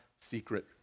secret